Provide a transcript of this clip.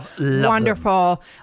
wonderful